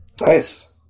nice